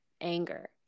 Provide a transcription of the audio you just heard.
anger